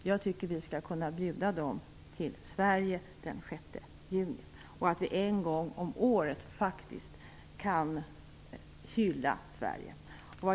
Jag tycker att vi skall kunna bjuda dem till Sverige den 6 juni och att vi en gång om året faktiskt kan hylla Sverige.